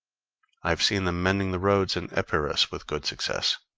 i have seen them mending the roads in epirus with good success.